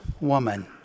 woman